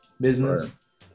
business